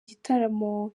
gitaramo